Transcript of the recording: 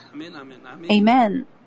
Amen